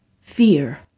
fear